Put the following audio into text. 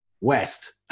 west